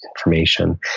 information